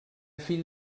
fill